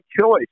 choice